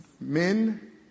Men